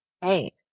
Hey